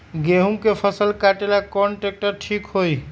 गेहूं के फसल कटेला कौन ट्रैक्टर ठीक होई?